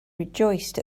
rejoiced